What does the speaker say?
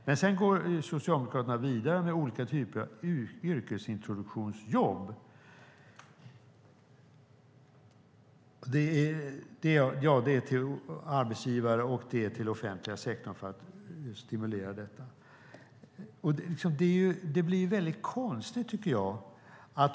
Men sedan går Socialdemokraterna vidare med olika typer av yrkesintroduktionsjobb. Man riktar sig till arbetsgivare och till offentliga sektorn för att stimulera detta. Det blir väldigt konstigt, tycker jag.